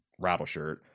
Rattleshirt